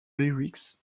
lyrics